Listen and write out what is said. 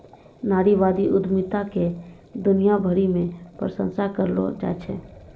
नारीवादी उद्यमिता के दुनिया भरी मे प्रशंसा करलो जाय छै